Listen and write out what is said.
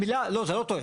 המילה, לא זה לא תואם.